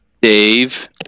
Dave